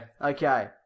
Okay